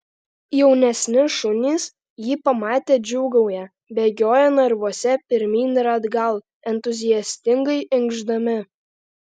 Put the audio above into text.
jaunesni šunys jį pamatę džiūgauja bėgioja narvuose pirmyn ir atgal entuziastingai inkšdami